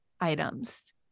items